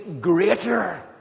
greater